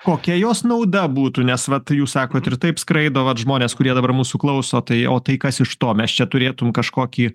kokia jos nauda būtų nes vat jūs sakot ir taip skraido vat žmonės kurie dabar mūsų klauso tai o tai kas iš to mes čia turėtum kažkokį